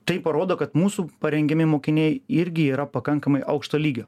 tai parodo kad mūsų parengiami mokiniai irgi yra pakankamai aukšto lygio